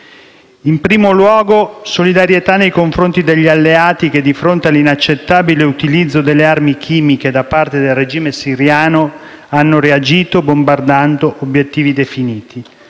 In primo luogo, vi è la solidarietà nei confronti degli alleati che, di fronte all'inaccettabile utilizzo delle armi chimiche da parte del regime siriano, hanno reagito bombardando obiettivi definiti.